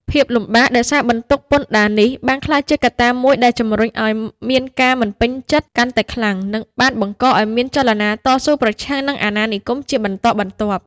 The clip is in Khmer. ភាពលំបាកដោយសារបន្ទុកពន្ធដារនេះ បានក្លាយជាកត្តាមួយដែលជំរុញឱ្យមានការមិនពេញចិត្តកាន់តែខ្លាំង និងបានបង្កឱ្យមានចលនាតស៊ូប្រឆាំងនឹងអាណានិគមជាបន្តបន្ទាប់។